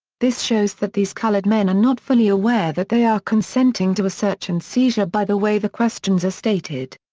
this shows that these colored men are not fully aware that they are consenting to a search and seizure by the way the questions are stated.